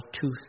tooth